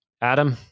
Adam